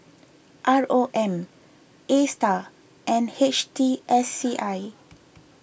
R O M A Star and H T S C I